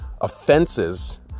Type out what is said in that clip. offenses